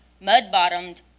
mud-bottomed